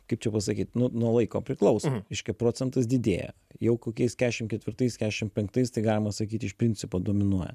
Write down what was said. kaip čia pasakyt nu nuo laiko priklauso reiškia procentas didėja jau kokiais kešim ketvirtais kešim penktais tai galima sakyt iš principo dominuoja